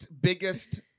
biggest